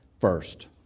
First